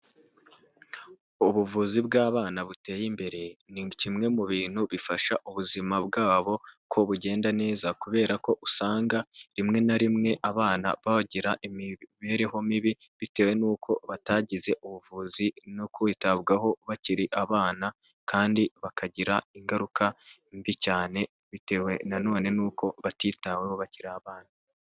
Ubuvuzi bw'abana buteye imbere, ni kimwe mu bintu bifasha ubuzima bwabo, ko bugenda neza, kubera ko usanga rimwe na rimwe abana bagira imibereho mibi, bitewe n'uko batagize ubuvuzi no kwitabwaho bakiri abana, kandi bakagira ingaruka mbi cyane bitewe na none n'uko batitaweho bakiri abana.